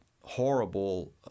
horrible